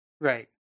right